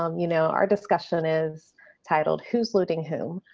um you know, our discussion is titled who's looting whom?